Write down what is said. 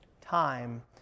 Time